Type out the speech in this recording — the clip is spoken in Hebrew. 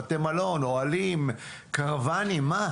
בית מלון, אוהלים, קרוואנים, מה?